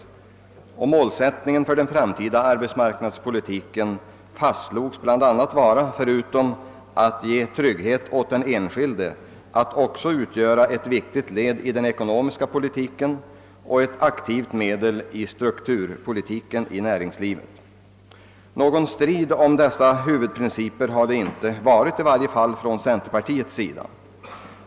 Som målsättning för den framtida arbetsmarknadspolitiken fastslogs att den, förutom att ge trygghet åt den enskilde, bl.a. skulle utgöra ett viktigt led i den ekonomiska politiken och vara ett aktivt medel i strukturpolitiken inom = näringslivet. Någon strid om dessa huvudprinciper har det inte varit; i varje fall har det inte från centerns sida gjorts några invändningar mot dem.